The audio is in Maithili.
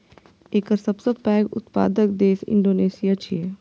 एकर सबसं पैघ उत्पादक देश इंडोनेशिया छियै